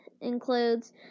includes